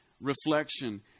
reflection